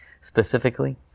Specifically